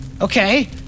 Okay